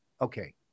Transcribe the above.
Okay